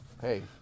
Hey